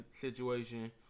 situation